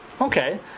Okay